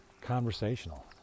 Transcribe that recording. conversational